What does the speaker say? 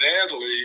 natalie